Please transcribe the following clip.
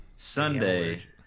Sunday